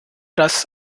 das